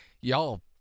y'all